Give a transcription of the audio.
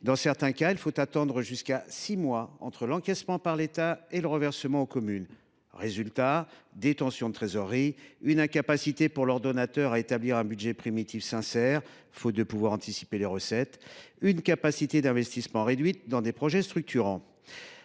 Dans certains cas, il faut attendre jusqu’à six mois entre l’encaissement par l’État et le reversement aux communes. Résultat : des tensions de trésorerie, l’incapacité pour l’ordonnateur à établir un budget primitif sincère, faute de pouvoir anticiper les recettes, et une capacité d’investissement réduite dans des projets structurants.